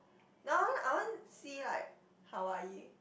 don't want I want see like Hawaii